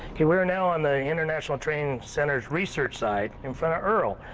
yeah we are now on the international training center's research side in front of earl,